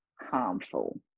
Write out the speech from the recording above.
harmful